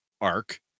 arc